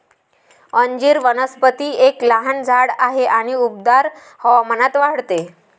अंजीर वनस्पती एक लहान झाड आहे आणि उबदार हवामानात वाढते